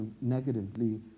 negatively